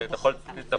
שאתה יכול --- למה?